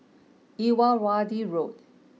Rrrawaddy Road